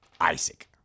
Isaac